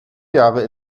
jahre